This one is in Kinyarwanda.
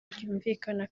ryumvikana